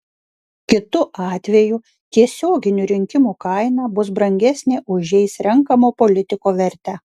kitu atveju tiesioginių rinkimų kaina bus brangesnė už jais renkamo politiko vertę